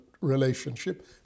relationship